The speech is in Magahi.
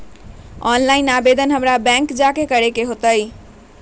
ऑनलाइन आवेदन हमरा बैंक जाके करे के होई?